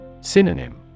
Synonym